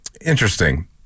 Interesting